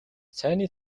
цайны